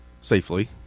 safely